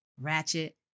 Ratchet